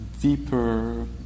deeper